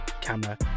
camera